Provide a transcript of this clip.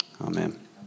Amen